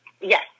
Yes